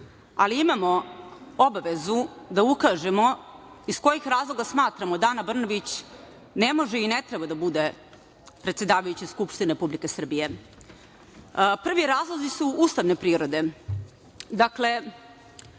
ali imamo obavezu da ukažemo iz kojih razloga smatramo da Ana Brnabić ne može i ne treba da bude predsedavajuća Skupštine Republike Srbije. Prvi razlozi su ustavne prirode.